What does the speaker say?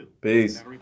Peace